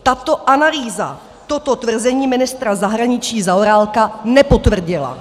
Tato analýza toto tvrzení ministra zahraničí Zaorálka nepotvrdila.